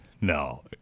no